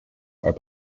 are